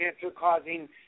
cancer-causing